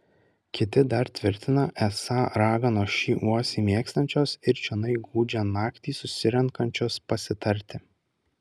kiti dar tvirtina esą raganos šį uosį mėgstančios ir čionai gūdžią naktį susirenkančios pasitarti